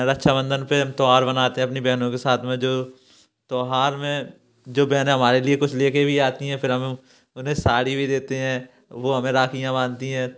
रक्षाबंधन पे त्यौहार मनाते हैं अपनी बहनों के साथ में जो त्यौहार में जो बहनें हमारे लिए कुछ लेके भी आती हैं फिर हम उन्हें हम साड़ी भी देते हैं वो हमें राखियाँ बाँधती हैं